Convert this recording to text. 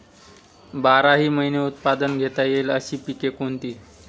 बाराही महिने उत्पादन घेता येईल अशी पिके कोणती?